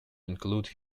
include